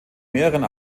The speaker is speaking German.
mehreren